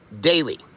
daily